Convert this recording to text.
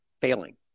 failing